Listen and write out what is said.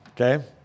Okay